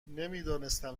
نمیدانستم